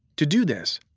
to do this,